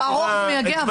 כתוב ארוך ומיגע, אבל כתוב.